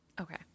Okay